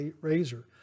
razor